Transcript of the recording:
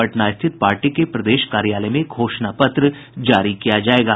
पटना स्थित पार्टी के प्रदेश कार्यालय में घोषणा पत्र जारी किया जायेगा